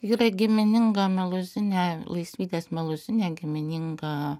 yra gimininga meluzinė laisvydės meluzinė gimininga